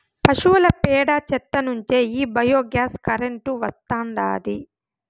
పశువుల పేడ చెత్త నుంచే ఈ బయోగ్యాస్ కరెంటు వస్తాండాది